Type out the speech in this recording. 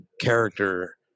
character